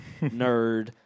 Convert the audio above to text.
nerd